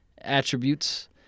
attributes